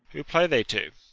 who play they to?